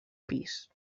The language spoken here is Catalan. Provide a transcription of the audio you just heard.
pis